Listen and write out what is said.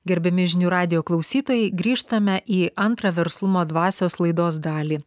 gerbiami žinių radijo klausytojai grįžtame į antrą verslumo dvasios laidos dalį